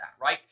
right